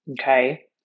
Okay